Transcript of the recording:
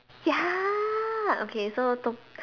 ya okay so tot~